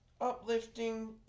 uplifting